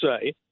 say